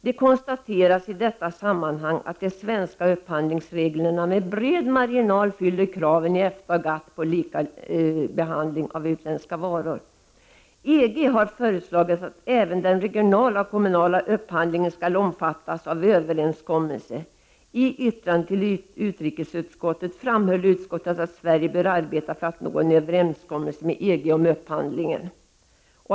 Det konstaterades i detta sammanhang att de svenska upphandlingsreglerna med bred marginal uppfyller kraven i EFTA och GATT på likabehandling av utländska varor. EG har föreslagit att även den regionala och kommunala upphandlingen skall omfattas av överenskommelsen. I yttrandet till utrikesutskottet framhöll utskottet att Sverige bör arbeta för att nå en överenskommelse med EG om upphandlingen.